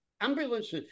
ambulance